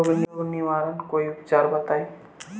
रोग निवारन कोई उपचार बताई?